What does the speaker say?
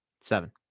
Seven